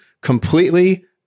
completely